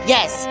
Yes